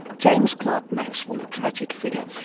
james clerk maxwell, a tragic figure,